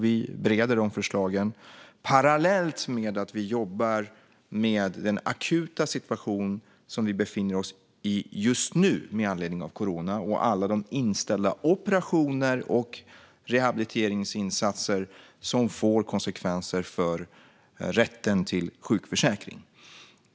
Vi bereder de förslagen parallellt med att vi jobbar med den akuta situation som vi befinner oss i just nu med anledning av corona och alla de inställda operationer och rehabiliteringsinsatser som får konsekvenser för rätten till sjukförsäkring.